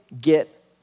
get